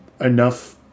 enough